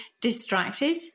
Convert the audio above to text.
distracted